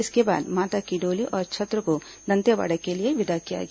इसके बाद माता की डोली और छत्र को दंतेवाड़ा के लिए विदा किया गया